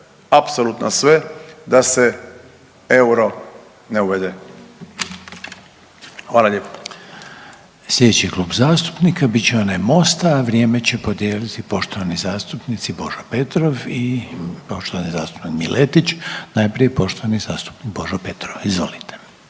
apsolutno sve da se euro ne uvede. Hvala lijepo. **Reiner, Željko (HDZ)** Slijedeći Klub zastupnika bit će onaj Klub Mosta a vrijeme će podijeliti poštovani zastupnici Božo Petrov i poštovani zastupnik Miletić. Najprije poštovani zastupnik Božo Petrov, izvolite.